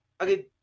okay